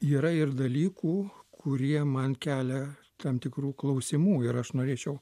yra ir dalykų kurie man kelia tam tikrų klausimų ir aš norėčiau